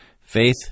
Faith